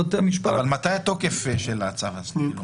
מתי התוקף של הצו הזה?